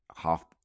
Half